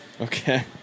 Okay